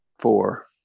Four